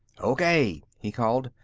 o. k! he called.